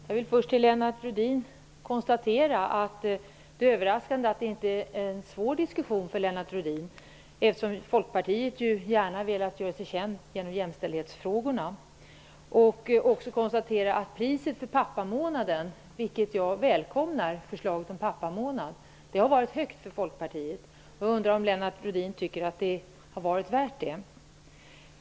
Fru talman! Jag vill först säga att det är överraskande att det här inte är en svår diskussion för Lennart Rohdin, eftersom Folkpartiet ju gärna har velat göra sig känt genom jämställdhetsfrågorna. Jag konstaterar också att priset för pappamånaden -- jag välkomnar det förslaget -- har varit högt för Folkpartiet. Jag undrar om Lennart Rohdin tycker att det har varit värt det.